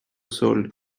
sol